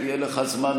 מה קורה עם הסיפוח?